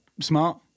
smart